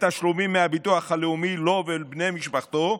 ותשלומים מהביטוח הלאומי לו ולבני משפחתו,